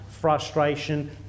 frustration